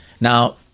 Now